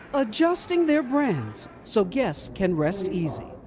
adjusting their brand so guests can rest easy.